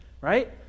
right